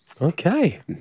Okay